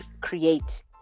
create